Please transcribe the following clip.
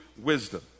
wisdom